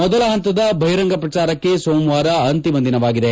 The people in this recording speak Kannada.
ಮೊದಲ ಹಂತದ ಹಿರಂಗ ಪ್ರಚಾರಕ್ಕೆ ಸೋಮವಾರ ಅಂತಿಮ ದಿನವಾಗಿದೆ